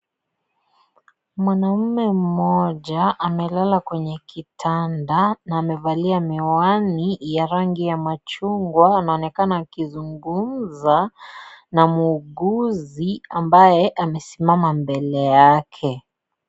Mwanaume mmoja amelala kwenye kitanda na amevalia miwani ya rangi ya machungwa na anaonekana akizungumza na muuguzi ambaye amesimama mbele yake.